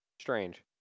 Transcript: strange